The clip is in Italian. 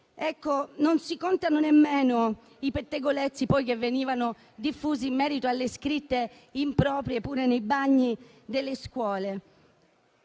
Non si contano nemmeno i pettegolezzi poi che venivano diffusi in merito alle scritte improprie nei bagni delle scuole.